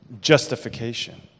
Justification